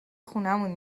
خونمون